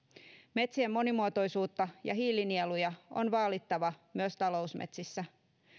metsien monimuotoisuutta ja hiilinieluja on vaalittava myös talousmetsissä